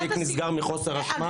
התיק נסגר מחוסר אשמה, פותח את הפריים.